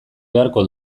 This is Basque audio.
beharko